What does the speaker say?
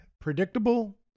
predictable